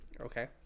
okay